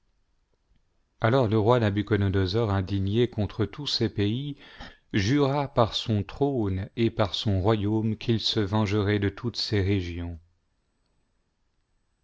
alors le roi nabuchodonosor indigné contre tous ces pays jura par son trône et par son royaume qu'il se vengerait de toutes ces régions